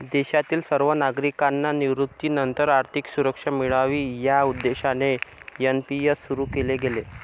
देशातील सर्व नागरिकांना निवृत्तीनंतर आर्थिक सुरक्षा मिळावी या उद्देशाने एन.पी.एस सुरु केले गेले